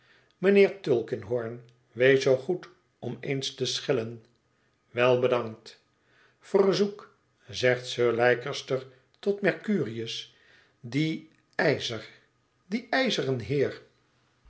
mijnheer tulkinghorn wees zoo goed om eens te schellen wel bedankt verzoek zegt sir leicester tot mercurius dien ijzer dien ijzeren heer